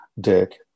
dick